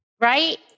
right